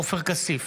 עופר כסיף,